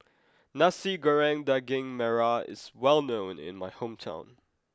Nasi Goreng Daging Merah is well known in my hometown